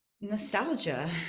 nostalgia